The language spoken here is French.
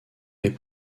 est